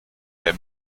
der